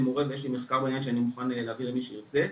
יש מחקר שאני מוכן להעביר למי שרוצה,